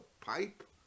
pipe